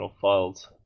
files